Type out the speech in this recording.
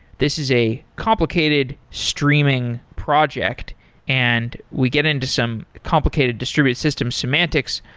this is a complicated streaming project and we get in to some complicated distributed system semantics,